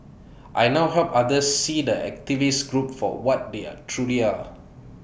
I now help others see the activist group for what they are truly are